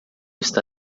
está